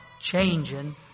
changing